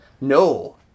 No